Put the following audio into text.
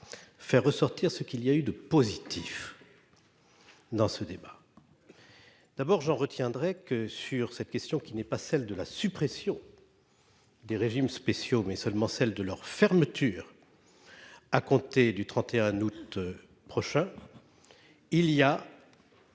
Faire ressortir ce qu'il y a eu de positif. Dans ce débat. D'abord j'en retiendrai que sur cette question qui n'est pas celle de la suppression. Des régimes spéciaux mais seulement celle de leur fermeture. À compter du 31 août prochain. Il y a.